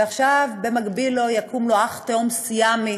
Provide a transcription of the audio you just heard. ועכשיו במקביל לו יקום לו אח, תאום סיאמי.